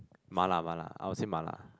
mala mala I will say mala